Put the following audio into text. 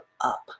up